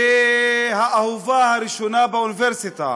זה האהובה הראשונה באוניברסיטה,